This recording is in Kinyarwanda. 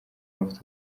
amavuta